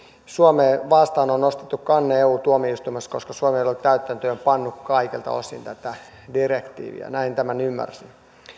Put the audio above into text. suomea vastaan on nostettu kanne eu tuomioistuimessa koska suomi ei ole täytäntöön pannut kaikilta osin tätä direktiiviä näin tämän ymmärsin